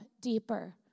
deeper